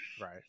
right